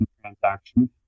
transaction